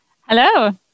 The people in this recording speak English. Hello